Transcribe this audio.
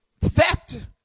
theft